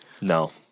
No